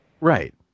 Right